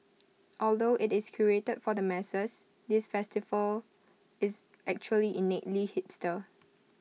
although IT is curated for the masses this festival is actually innately hipster